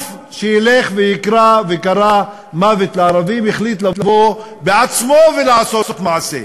שילך ויקרא "מוות לערבים" החליט לבוא בעצמו ולעשות מעשה.